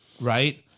right